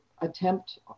attempt